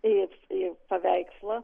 į į paveikslą